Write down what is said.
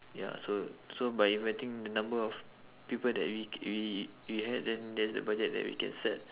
ya so so by inviting the number of people that we c~ we we had then that's the budget that we can set